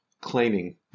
claiming